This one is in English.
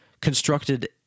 constructed